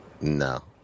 No